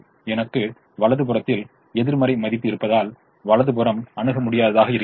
எனக்கு வலது புறத்தில் எதிர்மறை மதிப்பு இருப்பதால் வலது புறம் அணுக முடியாததாக இருக்கிறது